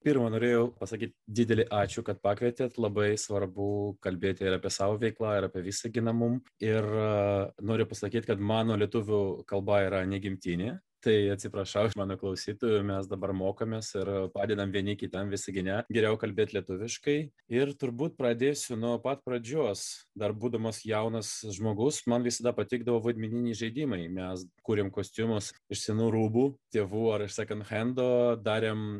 pirma norėjau pasakyti didelį ačiū kad pakvietėt labai svarbu kalbėti ir apie savo veiklą ir apie visaginą mum ir noriu pasakyti kad mano lietuvių kalba yra ne gimtinė tai atsiprašau už mano klausytojų mes dabar mokomės ir padedam vieni kitiem visagine geriau kalbėt lietuviškai ir turbūt pradėsiu nuo pat pradžios dar būdamas jaunas žmogus man visada patikdavo vaidmeniniai žaidimai mes kūrėm kostiumus iš senų rūbų tėvų ar sekand hendo darėm